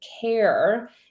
care